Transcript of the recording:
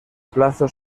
plazo